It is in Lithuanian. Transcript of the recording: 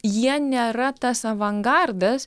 jie nėra tas avangardas